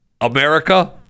America